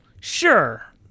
Sure